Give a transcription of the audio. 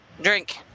Drink